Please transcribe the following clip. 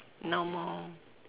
normal